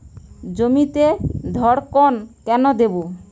জমিতে ধড়কন কেন দেবো?